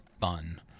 fun